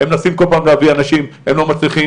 הם מנסים כל פעם להביא אנשים, הם לא מצליחים.